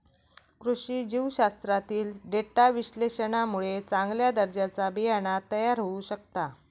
कृषी जीवशास्त्रातील डेटा विश्लेषणामुळे चांगल्या दर्जाचा बियाणा तयार होऊ शकता